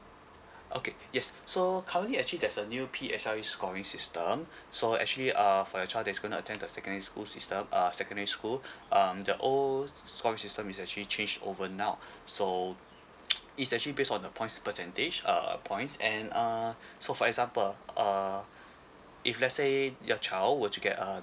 okay yes so currently actually there's a new P_S_L_E scoring system so actually uh for your child that's gonna attend the secondary school system uh secondary school um the O scoring system is actually change over now so it's actually based on the points percentage uh points and uh so for example uh if let say your child were to get uh